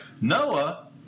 Noah